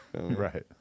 right